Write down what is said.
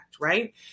right